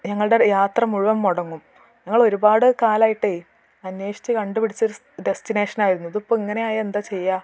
ഞങ്ങളുടെ യാത്ര മുഴുവൻ മുടങ്ങും ഞങ്ങളൊരുപാട് കാലമായിട്ടേ അന്വേഷിച്ച് കണ്ടുപിടിച്ചൊരു സ് ഡെസ്റ്റിനേഷനായിരുന്നു ഇതിപ്പം ഇങ്ങനെ ആയാൽ എന്താ ചെയ്യുക